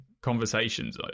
conversations